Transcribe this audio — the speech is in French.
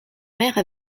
maire